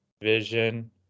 vision